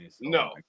No